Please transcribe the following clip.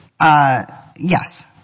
Yes